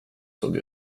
såg